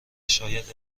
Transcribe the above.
شاید